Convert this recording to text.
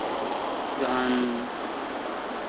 ᱡᱟᱦᱟᱱ